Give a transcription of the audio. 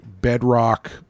bedrock